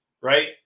right